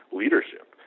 leadership